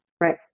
Right